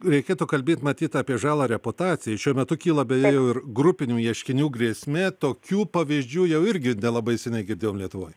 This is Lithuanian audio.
reikėtų kalbėt matyt apie žalą reputacijai šiuo metu kyla beje ir grupinių ieškinių grėsmė tokių pavyzdžių jau irgi nelabai seniai girdėjom lietuvoj